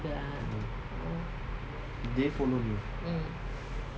they follow me